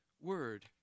word